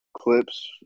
clips